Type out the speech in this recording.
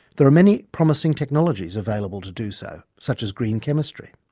there are many promising technologies available to do so such as green chemistry.